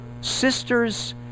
sister's